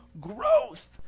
growth